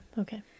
Okay